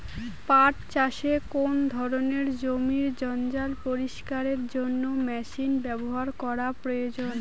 পাট চাষে কোন ধরনের জমির জঞ্জাল পরিষ্কারের জন্য মেশিন ব্যবহার করা প্রয়োজন?